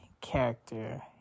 character